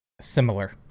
Similar